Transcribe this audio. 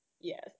Yes